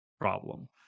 problem